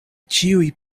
ĉiuj